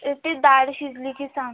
ए ते डाळ शिजली की सांग